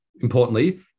importantly